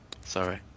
Sorry